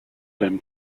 them